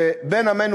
בן עמנו,